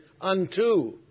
unto